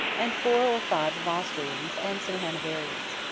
and four or five of austrians, and some hanoverians.